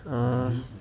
err